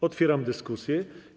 Otwieram dyskusję.